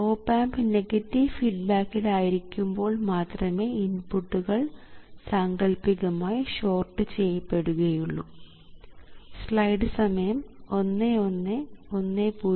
op amp negative ഫീഡ്ബാക്കിൽ ആയിരിക്കുമ്പോൾ മാത്രമേ ഇൻപുട്ടുകൾ സാങ്കൽപ്പികമായി ഷോർട്ട് ചെയ്യപ്പെടുകയുള്ളൂ